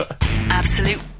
absolute